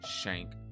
shank